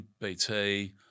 BT